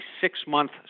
six-month